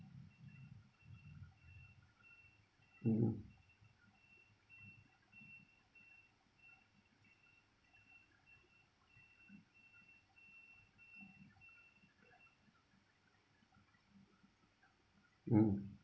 mmhmm mm